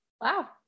Wow